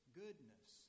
goodness